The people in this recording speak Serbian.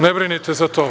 Ne brinite za to.